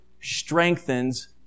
strengthens